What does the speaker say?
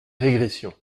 régression